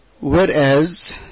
Whereas